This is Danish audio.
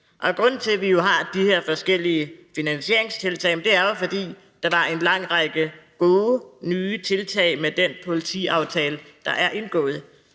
Grunden til, at vi har de her forskellige finansieringstiltag, er jo, at der var en lang række gode nye tiltag med den politiaftale, der er indgået.